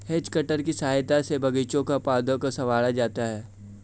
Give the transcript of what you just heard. has cutter की सहायता से बागीचों में पौधों को सँवारा जाता है